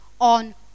on